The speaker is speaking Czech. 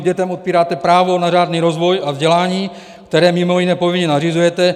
Dětem odpíráte právo na řádný rozvoj a vzdělání, které mimo jiné povinně nařizujete.